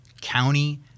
county